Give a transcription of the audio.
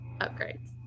upgrades